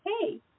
hey